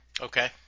okay